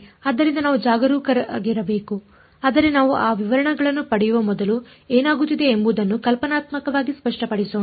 ಆದ್ದರಿಂದ ನಾವು ಜಾಗರೂಕರಾಗಿರಬೇಕು ಆದರೆ ನಾವು ಆ ವಿವರಗಳನ್ನು ಪಡೆಯುವ ಮೊದಲು ಏನಾಗುತ್ತಿದೆ ಎಂಬುದನ್ನು ಕಲ್ಪನಾತ್ಮಕವಾಗಿ ಸ್ಪಷ್ಟಪಡಿಸೋಣ